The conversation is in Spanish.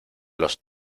los